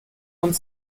und